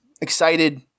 excited –